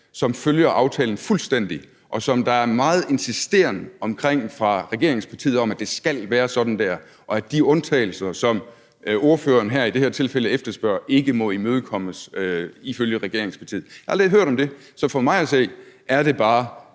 som følger aftalen fuldstændig, og som der er meget insisteren fra regeringspartiet på, at det skal være sådan der, og at de undtagelser, som ordføreren her i det her tilfælde efterspørger, ikke må imødekommes ifølge regeringspartiet. Jeg har aldrig hørt om det. Så for mig at se er det bare